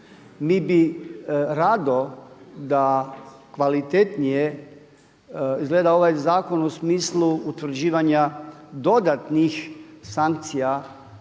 Mi bi rado da kvalitetnije izgleda ovaj zakon u smislu utvrđivanja dodatnih sankcija